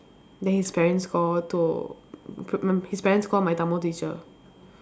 then his parents call to his parents call my Tamil teacher